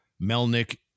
Melnick